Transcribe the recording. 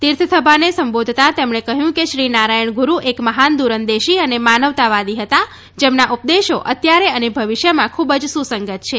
તીર્થસભાને સંબોધતા તેમણે કહ્યું કે શ્રી નારાયણ ગુરૃ એક મહાન દૂરંદેશી અને માનવતાવાદી હતા જેમના ઉપદેશો અત્યારે અને ભવિષ્યમાં ખૂબ જ સુસંગત છે